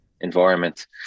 environment